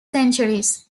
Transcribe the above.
centuries